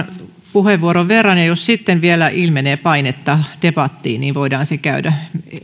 puheenvuoron verran ja jos sitten vielä ilmenee painetta debattiin niin voidaan se käydä